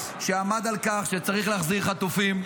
שעמד על כך שצריך להחזיר חטופים,